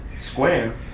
square